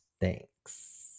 Thanks